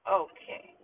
okay